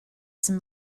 some